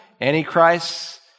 Antichrist